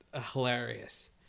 hilarious